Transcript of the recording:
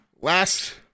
Last